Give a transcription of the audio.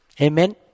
Amen